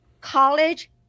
college